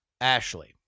Ashley